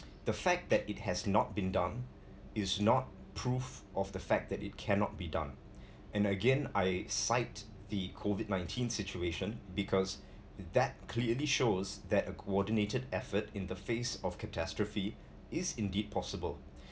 the fact that it has not been done is not proof of the fact that it cannot be done and again I cite the COVID nineteen situation because that clearly shows that a coordinated effort in the face of catastrophe is indeed possible